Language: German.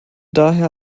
daher